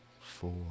four